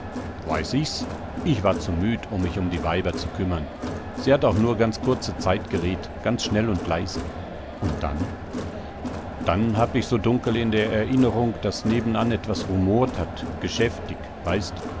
weiß ich's ich war zu müd um mich um die weiber zu kümmern sie hat auch nur ganz kurze zeit geredt ganz schnell und leise und dann dann hab ich so dunkel in der erinnerung daß nebenan etwas rumort hat geschäftig weißt